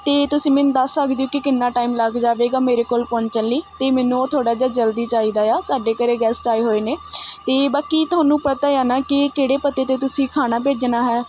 ਅਤੇ ਤੁਸੀਂ ਮੈਨੂੰ ਦੱਸ ਸਕਦੇ ਹੋ ਕਿ ਕਿੰਨਾਂ ਟਾਈਮ ਲੱਗ ਜਾਵੇਗਾ ਮੇਰੇ ਕੋਲ ਪਹੁੰਚਣ ਲਈ ਅਤੇ ਮੈਨੂੰ ਉਹ ਥੋੜ੍ਹਾ ਜਿਹਾ ਜਲਦੀ ਚਾਹੀਦਾ ਆ ਸਾਡੇ ਘਰ ਗੈਸਟ ਆਏ ਹੋਏ ਨੇ ਅਤੇ ਬਾਕੀ ਤੁਹਾਨੂੰ ਪਤਾ ਆ ਨਾ ਕਿ ਕਿਹੜੇ ਪਤੇ 'ਤੇ ਤੁਸੀਂ ਖਾਣਾ ਭੇਜਣਾ ਹੈ